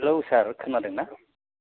hello sir खोनादों ना